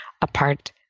apart